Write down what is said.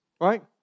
right